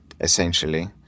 essentially